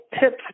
tips